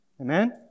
Amen